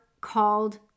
called